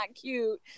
cute